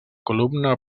columna